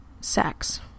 Sex